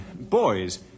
boys